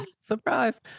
surprise